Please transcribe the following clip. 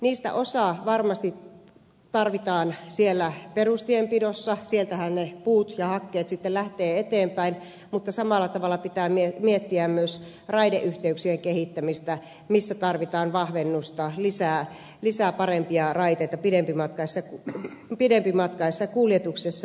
niistä osa varmasti tarvitaan siellä perustienpidossa sieltähän ne puut ja hakkeet sitten lähtevät eteenpäin mutta samalla tavalla pitää miettiä myös raideyhteyksien kehittämistä missä tarvitaan vahvennusta lisää parempia raiteita pidempimatkaisissa kuljetuksissa